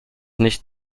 nicht